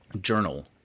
journal